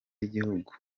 y’igihugu